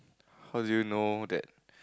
how do you know that